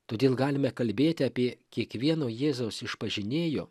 todėl galime kalbėti apie kiekvieno jėzaus išpažinėjo